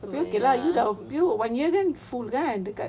okay lah you dah you one year kan tu kan dekat